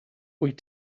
wyt